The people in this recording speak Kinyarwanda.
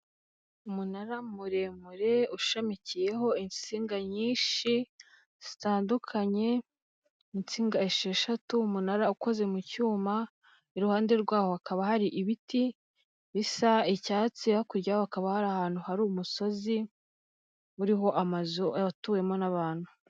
Umunara muremure ushamikiyeho insinga nyinshi zitandukanye, insinga esheshatu umunara ukoze mu cyuma, iruhande rwawo hakaba hari ibiti bisa icyatsi, hakurya hakaba hari ahantu hari umusozi uriho amazu atuwemo n'abantu.